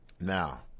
Now